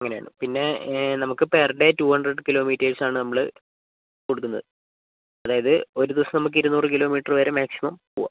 അങ്ങനെയാണ് പിന്നെ നമുക്ക് per day two hundred kilometres ആണ് നമ്മൾ കൊടുക്കുന്നത് അതായത് ഒരു ദിവസം നമുക്ക് ഇരുനൂറ് കിലോമീറ്റർ വരെ മാക്സിമം പോവാം